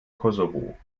kosovo